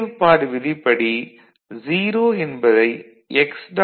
நிறைவுப்பாடு விதிப்படி 0 என்பதை x